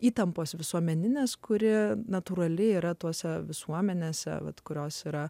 įtampos visuomeninės kurie natūraliai yra tose visuomenėse bet kurios yra